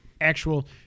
actual